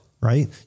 right